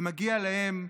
זה מגיע להם,